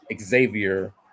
Xavier